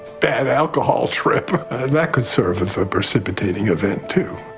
bad alcohol trip can serve as a precipitating event, too.